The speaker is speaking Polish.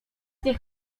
niech